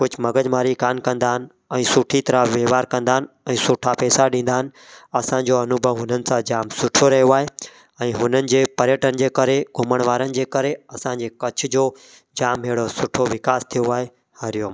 कुझु मग़ज़ मारी कान कंदा आहिनि ऐं सुठी तरह व्यवहारु कंदा आहिनि ऐं सुठा पैसा ॾींदा आहिनि असांजो अनुभव हुननि सां जामु सुठो रहियो आहे ऐं हुननि जे पर्यटन जे करे घुमणु वारनि जे करे असांजे कच्छ जो जामु अहिड़ो सुठो विकास थियो आहे हरि ओम